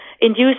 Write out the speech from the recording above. induce